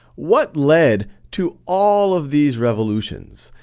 what led to all of these revolutions?